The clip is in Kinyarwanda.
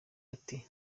ati